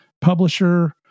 publisher